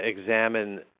examine